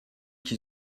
qui